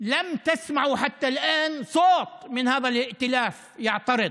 לא שמעתם עד עכשיו קול אחד מהקואליציה הזאת שמתנגד.)